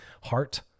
heart